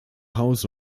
hause